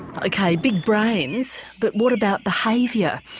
ok, big brains but what about behaviour,